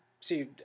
see